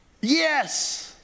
yes